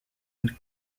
and